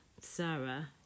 sarah